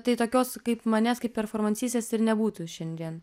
tai tokios kaip manęs kaip peformansistės ir nebūtų šiandien